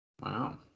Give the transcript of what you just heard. wow